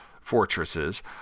fortresses